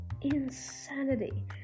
Insanity